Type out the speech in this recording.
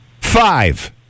Five